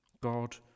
God